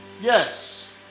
yes